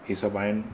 इहे सभु आहिनि